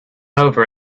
over